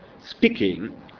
speaking